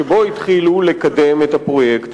שבו התחילו לקדם את הפרויקט